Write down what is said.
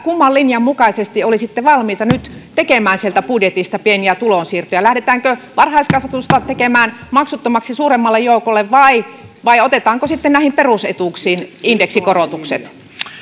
kumman linjan mukaisesti olisitte valmiita nyt tekemään sieltä budjetista pieniä tulonsiirtoja lähdetäänkö varhaiskasvatusta tekemään maksuttomaksi suuremmalle joukolle vai vai otetaanko sitten näihin perusetuuksiin indeksikorotukset